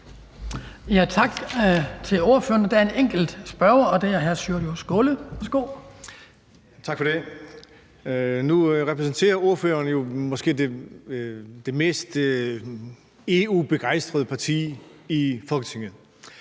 Nu repræsenterer ordføreren jo det måske mest EU-begejstrede parti i Folketinget,